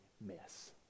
mess